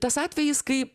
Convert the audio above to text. tas atvejis kai